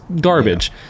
garbage